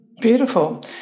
Beautiful